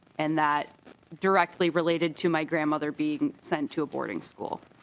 and that directly related to my grandmother being sent to a boarding school.